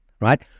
right